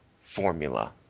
formula